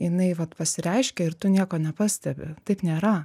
jinai vat pasireiškia ir tu nieko nepastebi taip nėra